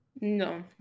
No